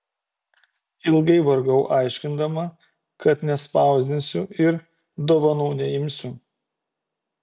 ilgai vargau aiškindama kad nespausdinsiu ir dovanų neimsiu